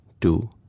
two